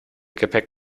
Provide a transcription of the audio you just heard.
gepäck